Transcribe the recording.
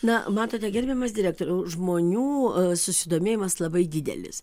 na matote gerbiamas direktoriau žmonių susidomėjimas labai didelis